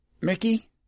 Mickey